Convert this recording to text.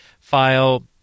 file